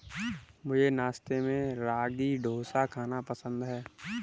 मुझे नाश्ते में रागी डोसा खाना पसंद है